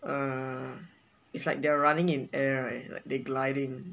uh it's like they're running in air right like they gliding